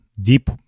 deep